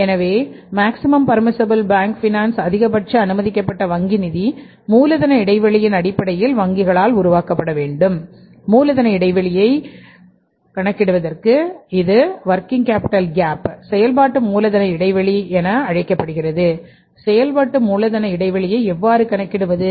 எனவே MPBF செயல்பாட்டு மூலதன இடைவெளி என அழைக்கப்படுகிறது செயல்பாட்டு மூலதன இடைவெளியை எவ்வாறு கணக்கிடுவது